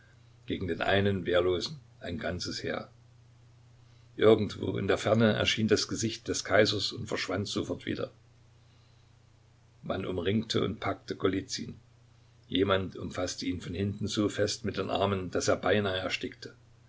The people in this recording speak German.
gegen den einen wehrlosen ein ganzes heer irgendwo in der ferne erschien das gesicht des kaisers und verschwand sofort wieder man umringte und packte golizyn jemand umfaßte ihn von hinten so fest mit den armen daß er beinahe erstickte